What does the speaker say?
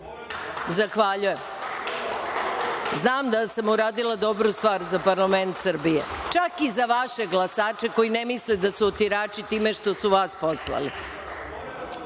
Zahvaljujem. Znam da sam uradila dobru stvar za parlament Srbije, čak i za vaše glasače koji ne misle da su otirači, time što su vas